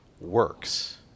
works